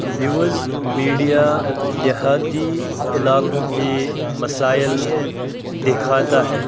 news media دیہاتی علاقوں کے مسائل دکھاتا ہے